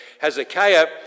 Hezekiah